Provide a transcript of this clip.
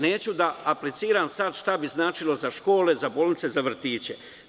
Neću da apliciram sad šta bi značilo za škole, za bolnice, za vrtiće.